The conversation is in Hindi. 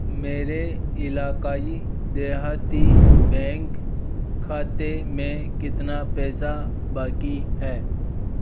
मेरे इलाक़ाई देहाती बैंक खाते में कितना पैसा बाकी है